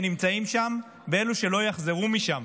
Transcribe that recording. אלה שנמצאים שם ואלה שלא יחזרו משם,